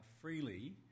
freely